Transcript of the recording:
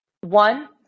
one